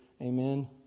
amen